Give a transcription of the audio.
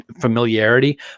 familiarity